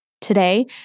Today